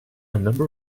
number